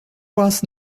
was